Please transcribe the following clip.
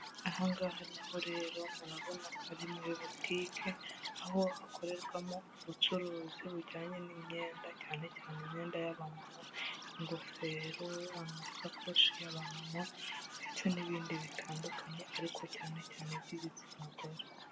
Aha ngaha naho rero murabona ko ari muri butike, aho hakorerwamo ubucuruzi bujyanye n'imyenda cyane cyane imyenda y'abamama, ingofero, amasakoshi y'abamama ndetse n'ibindi bitandukanye ariko cyane cyane iby'igitsina gore.